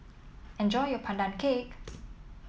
enjoy your Pandan Cake